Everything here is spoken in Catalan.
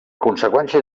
conseqüència